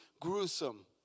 gruesome